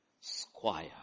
squire